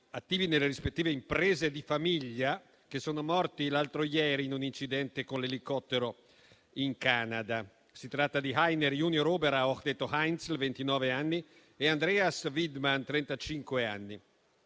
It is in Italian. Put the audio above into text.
attivi nelle rispettive imprese di famiglia, che sono morti l'altro ieri in un incidente con l'elicottero in Canada. Si tratta di Heiner junior Oberrauch, detto Heinzl, ventinove anni, e Andreas Widmann,